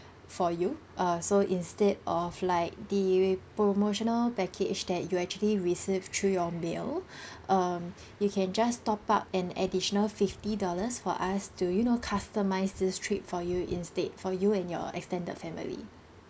for you uh so instead of like the promotional package that you actually received through your mail um you can just top up an additional fifty dollars for us to you know customise this trip for you instead for you and your extended family